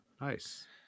Nice